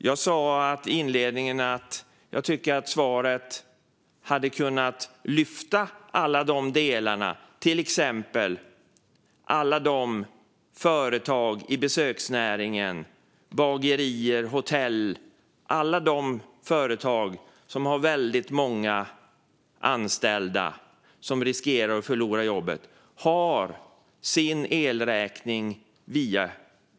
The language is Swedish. Jag sa i inledningen att jag tycker att man i svaret hade kunnat lyfta fram alla dessa delar. Ta till exempel alla de företag inom besöksnäringen som betalar sin elräkning via hyran. Det handlar om bagerier och hotell, alltså företag som har många anställda som riskerar att förlora jobbet.